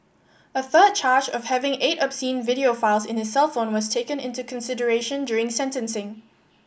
a third charge of having eight obscene video files in his cellphone was taken into consideration during sentencing